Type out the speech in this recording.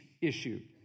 issue